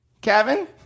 Kevin